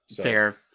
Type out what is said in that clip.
Fair